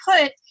put